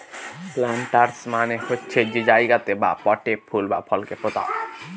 planters মানে হচ্ছে যে জায়গাতে বা পটে ফুল বা ফলকে পোতা হয়